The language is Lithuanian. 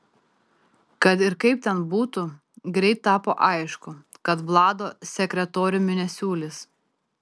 kad ir kaip ten būtų greit tapo aišku kad vlado sekretoriumi nesiūlys